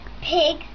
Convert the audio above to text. pig